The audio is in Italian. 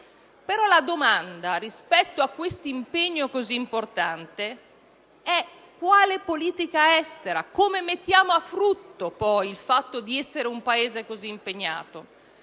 Però la domanda rispetto a questo impegno così importante è: quale politica estera? Come mettiamo a frutto il fatto di essere un Paese così impegnato?